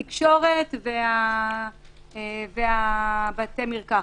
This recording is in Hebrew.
התקשורת ובתי המרקחת.